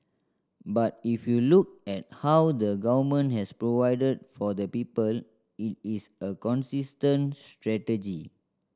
but if you look at how the Government has provided for the people it is a consistent strategy